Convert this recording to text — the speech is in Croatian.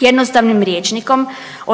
Jednostavnim rječnikom